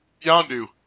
Yondu